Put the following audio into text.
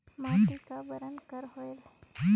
माटी का बरन कर होयल?